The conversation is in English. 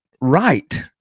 right